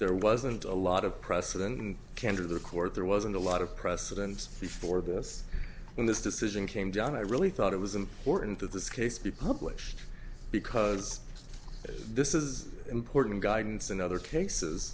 there wasn't a lot of precedent kandor the court there wasn't a lot of precedence before this when this decision came down i really thought it was important that this case be published because this is important guidance in other cases